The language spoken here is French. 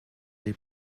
les